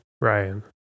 Ryan